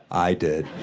i did.